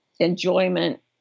enjoyment